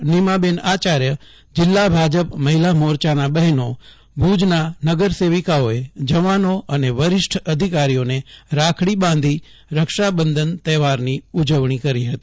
નીમાબેન આચાર્ય જિલ્લા ભાજપ મહિલા મારચાના બહેનો ભુજના નગર સેવિકાઓએ જવાનો અને વરિષ્ઠ અધિકારીઓને રાખડી બાંધી રક્ષાબંધન તહેવારની ઉજવણી કરી હતી